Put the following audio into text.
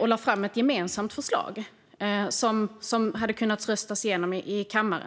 och lade fram ett gemensamt förslag som hade kunnat röstas igenom i kammaren?